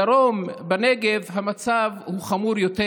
בדרום, בנגב, המצב חמור יותר: